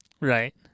right